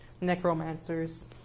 necromancers